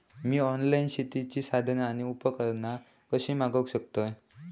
मी online शेतीची साधना आणि उपकरणा कशी मागव शकतय?